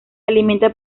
alimenta